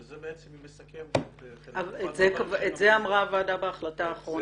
בזה בעצם היא מסכמת את חלק מ --- את זה אמרה הוועדה בהחלטה האחרונה.